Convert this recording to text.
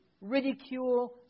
ridicule